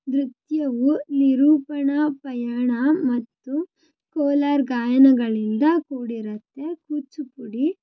ನೃತ್ಯವು ನಿರೂಪಣ ಪಯಣ ಮತ್ತು ಕೋಲಾರ ಗಾಯನಗಳಿಂದ ಕೂಡಿರುತ್ತೆ ಕೂಚಿಪುಡಿ